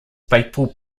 faithful